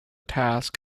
task